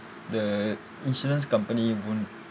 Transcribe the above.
the insurance company won't